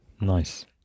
Nice